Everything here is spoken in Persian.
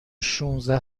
شانزده